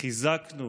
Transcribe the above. חיזקנו